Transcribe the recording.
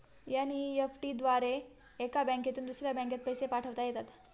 NEFT द्वारे एका बँकेतून दुसऱ्या बँकेत पैसे पाठवता येतात